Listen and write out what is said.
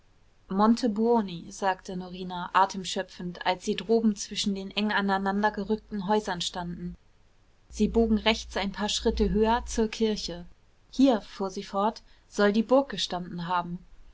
sagte norina atem schöpfend als sie droben zwischen den eng aneinander gerückten häusern standen sie bogen rechts ein paar schritte höher zur kirche hier fuhr sie fort soll die burg gestanden haben